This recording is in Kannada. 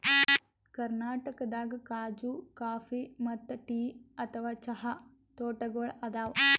ಕರ್ನಾಟಕದಾಗ್ ಖಾಜೂ ಕಾಫಿ ಮತ್ತ್ ಟೀ ಅಥವಾ ಚಹಾ ತೋಟಗೋಳ್ ಅದಾವ